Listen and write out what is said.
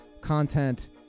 content